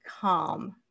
calm